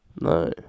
No